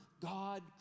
God